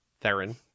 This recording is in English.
theron